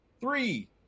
Three